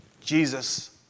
Jesus